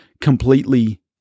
completely